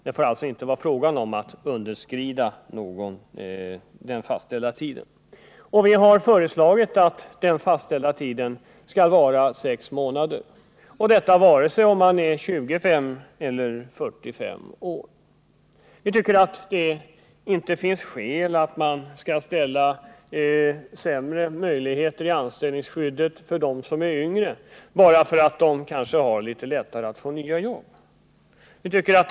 Det får alltså inte vara fråga om att underskrida den fastställda tiden. Vi har föreslagit att den fastställda tiden skall vara sex månader, vare sig man är 25 eller 45 år. Vi tycker inte att det finns skäl för sämre anställningsskydd för dem som är yngre, bara för att de kanske har litet lättare att få nya jobb.